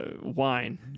Wine